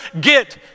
get